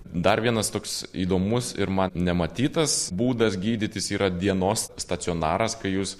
dar vienas toks įdomus ir man nematytas būdas gydytis yra dienos stacionaras kai jūs